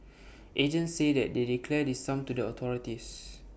agents say they declare this sum to the authorities